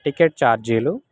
ticket ఛార్జీలు